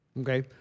Okay